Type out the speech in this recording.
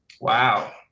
Wow